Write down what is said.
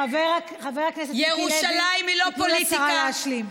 חבר הכנסת מיקי לוי, תנו לשרה להשלים.